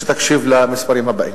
שתקשיב למספרים הבאים: